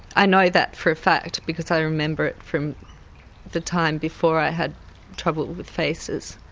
i know that for a fact because i remember it from the time before i had trouble with faces.